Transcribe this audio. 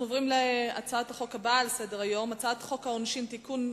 אנחנו עוברים להצעת החוק הבאה על סדר-היום: הצעת חוק העונשין (תיקון,